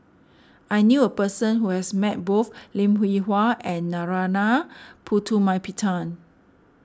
I knew a person who has met both Lim Hwee Hua and Narana Putumaippittan